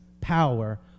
power